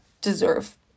deserve